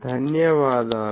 ధన్యవాదాలు